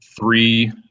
three